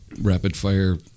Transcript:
rapid-fire